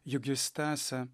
juk jis tęsia